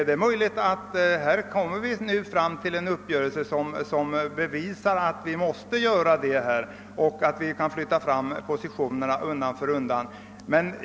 Det är möjligt att vi nu kommer fram till en uppgörelse som bevisar det och att vi kan flytta fram positionerna undan för undan.